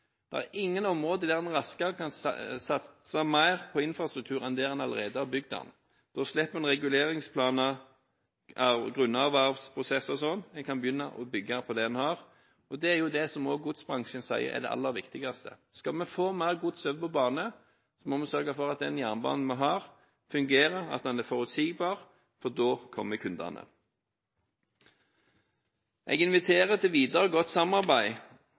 der hvor man allerede har bygd den. Da slipper man reguleringsplaner, grunnervervprosesser osv. Man kan begynne å bygge på det man har. Det er også det som godsbransjen sier er det aller viktigste. Skal vi få mer gods over på bane, må vi sørge for at den jernbanen vi har, fungerer og er forutsigbar, for da kommer kundene. Jeg inviterer til videre godt samarbeid